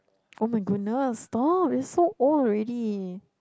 [oh]-my-goodness stop they so old already